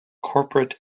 corporate